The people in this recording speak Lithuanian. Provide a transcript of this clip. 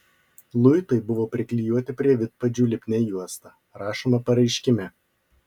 luitai buvo priklijuoti prie vidpadžių lipnia juosta rašoma pareiškime